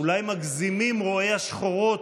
אולי מגזימים רואי השחורות,